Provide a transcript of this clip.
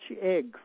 eggs